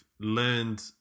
learned